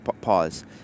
Pause